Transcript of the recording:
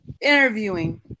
interviewing